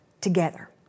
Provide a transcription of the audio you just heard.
together